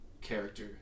character